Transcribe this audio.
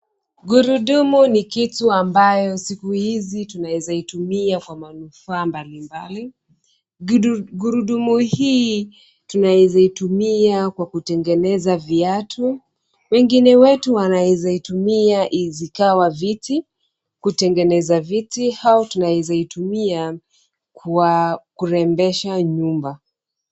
Gurudumu ni kitu ambayo siku hizi tunaweza itumia kwa manufaa mbalimbali. Gurudumu hii tunaweza itumia kwa kutengeneza viatu, wengine wetu wanaweza itumia zikawa viti, kutengeneza viti au tunaweza itumia kwa kurembesha nyumba.